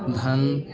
ଧାନ୍